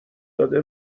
داده